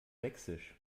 sächsisch